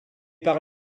par